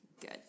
Good